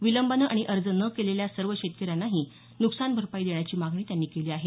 विलंबानं आणि अर्ज न केलेल्या सर्व शेतकऱ्यांनाही नुकसान भरपाई देण्याची मागणी त्यांनी केली आहे